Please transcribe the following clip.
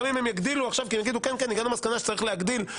גם אם הם יגדילו עכשיו כי הגיעו למסקנה שצריך להגדיל,